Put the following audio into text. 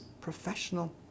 professional